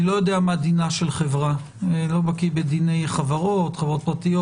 אני לא יודע מה דינה של חברה לא בקי בדיני חברות פרטיות,